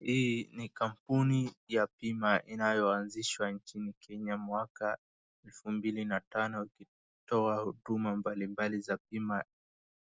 Hii ni kampuni ya bima, inayoanzishwa nchini Kenya mwaka elfu mbili na tano, inayotoa huduma mbalimbali za bima